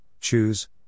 choose